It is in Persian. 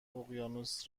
اقیانوس